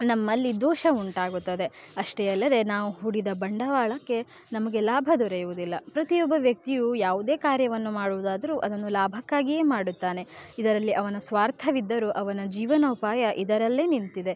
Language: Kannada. ನಮ್ಮಲ್ಲಿ ದೋಷ ಉಂಟಾಗುತ್ತದೆ ಅಷ್ಟೇ ಅಲ್ಲದೆ ನಾವು ಹೂಡಿದ ಬಂಡವಾಳಕ್ಕೆ ನಮಗೆ ಲಾಭ ದೊರೆಯುವುದಿಲ್ಲ ಪ್ರತಿಯೊಬ್ಬ ವ್ಯಕ್ತಿಯೂ ಯಾವುದೇ ಕಾರ್ಯವನ್ನು ಮಾಡುವುದಾದರೂ ಅದನ್ನು ಲಾಭಕ್ಕಾಗಿಯೇ ಮಾಡುತ್ತಾನೆ ಇದರಲ್ಲಿ ಅವನ ಸ್ವಾರ್ಥವಿದ್ದರೂ ಅವನ ಜೀವನೋಪಾಯ ಇದರಲ್ಲೇ ನಿಂತಿದೆ